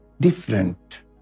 different